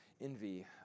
envy